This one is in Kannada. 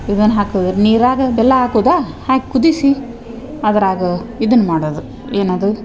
ಇದನ್ನ ಹಾಕಿದ್ರೆ ನೀರಾಗ ಬೆಲ್ಲ ಹಾಕುದ ಹಾಕಿ ಕುದಿಸಿ ಅದ್ರಾಗ ಇದನ್ನ ಮಾಡೋದು ಏನದು